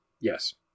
yes